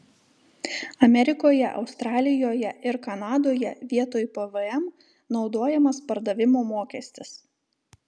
amerikoje australijoje ir kanadoje vietoj pvm naudojamas pardavimo mokestis